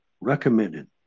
recommended